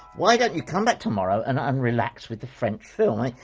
why don't you come back tomorrow and um relax with the french film?